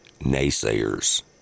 naysayers